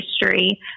history